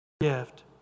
Gift